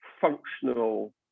functional